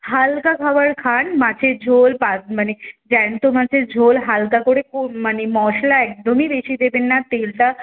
হালকা খাবার খান মাছের ঝোল পাত মানে জ্যান্ত মাছের ঝোল হালকা করে কো মানে মশলা একদমই বেশি দেবেন না তেলটা